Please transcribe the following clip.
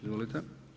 Izvolite.